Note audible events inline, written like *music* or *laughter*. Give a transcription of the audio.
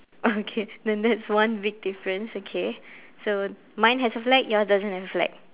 oh *laughs* okay then that's one big difference okay so mine has a flag yours doesn't have a flag